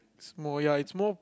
it's more ya it's more